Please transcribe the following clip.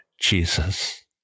Jesus